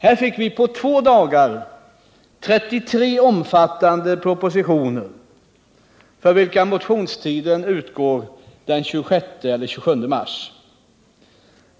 Här fick vi på två dagar 33 omfattande propositioner för vilka motionstiden utgår den 26 eller 27 mars.